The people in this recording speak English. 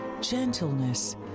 gentleness